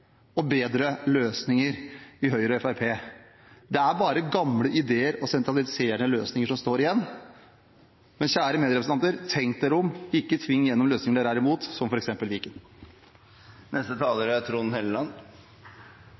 og sentraliserende løsninger som står igjen. Men kjære medrepresentanter: Tenk dere om, og ikke tving igjennom løsninger dere er imot, som f.eks. Viken. Jeg blir nesten rørt over at Hallingskarvet er